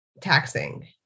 taxing